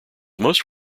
most